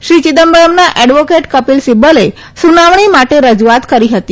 શ્રી ચિદમ્બરમના એડવોકેટ કપીલ સિબ્બલે સુનાવણી માટે રજુઆત કરી હતી